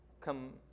come